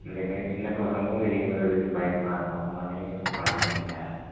இந்த மாரி சின்ன பசங்களும் வெளியே வரதுக்கு பயப்பட்றாங்க அவங்களாலையும் எதுவும் பண்ண முடியல